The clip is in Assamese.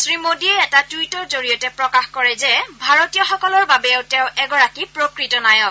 শ্ৰীমোডীয়ে এটা টুইটৰ জৰিয়তে প্ৰকাশ কৰে যে ভাৰতীয়সকলৰ বাবেও তেওঁ এগৰাকী প্ৰকৃত নায়ক